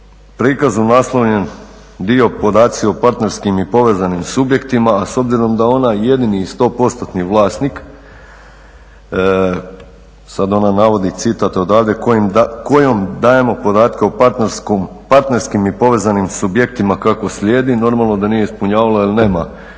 razumije./… o partnerskim i povezanim subjektima a s obzirom da je ona jedini i 100%-tni vlasnik sada ona navodi citat odavdje kojom dajemo podatke o partnerskim i povezanim subjektima kako slijedi normalno da nije ispunjavala jer nema